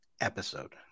episode